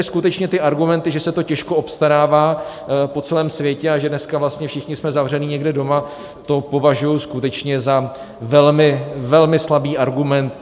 Tady skutečně ty argumenty, že se to těžko obstarává po celém světě a že dneska vlastně všichni jsme zavření někde doma, to považuju skutečně za velmi, velmi slabý argument.